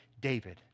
David